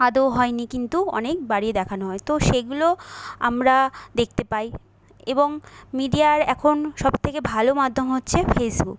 আদৌ হয় নি কিন্তু অনেক বাড়িয়ে দেখানো হয় তো সেগুলো আমরা দেখতে পাই এবং মিডিয়ার এখন সব থেকে ভালো মাধ্যম হচ্ছে ফেসবুক